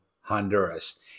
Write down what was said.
Honduras